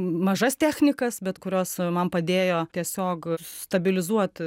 mažas technikas bet kurios man padėjo tiesiog stabilizuot